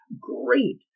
Great